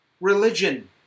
religion